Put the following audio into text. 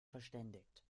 verständigt